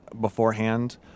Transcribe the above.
beforehand